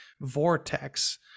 vortex